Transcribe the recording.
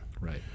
right